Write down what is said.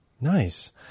Nice